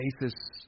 basis